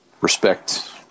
respect